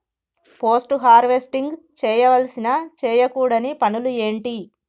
Post harvesting చేయవలసిన చేయకూడని పనులు ఏంటి?